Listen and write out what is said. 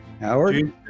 Howard